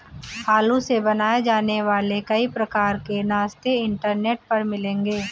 आलू से बनाए जाने वाले कई प्रकार के नाश्ते इंटरनेट पर मिलेंगे